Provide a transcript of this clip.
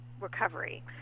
recovery